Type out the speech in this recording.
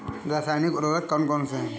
रासायनिक उर्वरक कौन कौनसे हैं?